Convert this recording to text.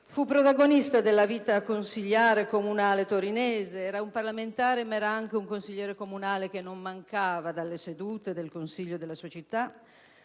Fu protagonista della vita consiliare comunale torinese. Era un parlamentare, ma anche un consigliere comunale che non mancava di partecipare alle sedute del Consiglio della sua città.